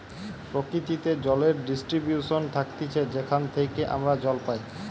প্রকৃতিতে জলের ডিস্ট্রিবিউশন থাকতিছে যেখান থেইকে আমরা জল পাই